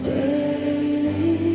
daily